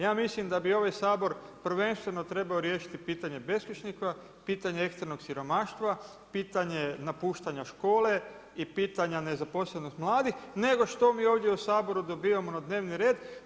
Ja mislim da bi ovaj Sabor, prvenstveno trebao riješiti pitanje beskućnika, pitanje ekstremnog siromaštva, pitanje napuštanja škole i pitanje nezaposlenih mladih, nego što mi ovdje u Saboru dobivamo na dnevni red.